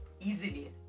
Easily